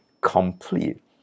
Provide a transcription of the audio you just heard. complete